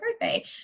birthday